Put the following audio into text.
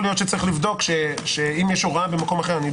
יכול להיות שיש לבדוק שאם יש הוראה במקום אחר לא